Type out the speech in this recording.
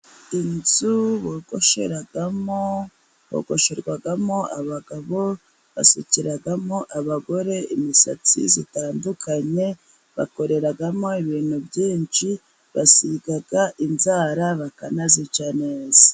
Inzu bogosheramo, bogosheramo abagabo, basukiramo abagore imisatsi itandukanye, bakoreramo ibintu byinshi, basiga inzara bakanazica neza.